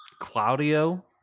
Claudio